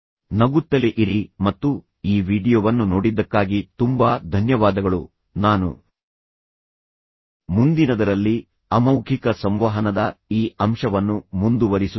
ನಗುತ್ತಲೇ ಇರಿ ಮತ್ತು ಈ ವೀಡಿಯೊವನ್ನು ನೋಡಿದ್ದಕ್ಕಾಗಿ ತುಂಬಾ ಧನ್ಯವಾದಗಳು ನಾನು ಮುಂದಿನದರಲ್ಲಿ ಅಮೌಖಿಕ ಸಂವಹನದ ಈ ಅಂಶವನ್ನು ಮುಂದುವರಿಸುತ್ತೇನೆ